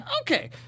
okay